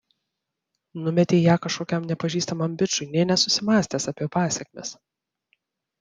numetei ją kažkokiam nepažįstamam bičui nė nesusimąstęs apie pasekmes